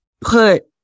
put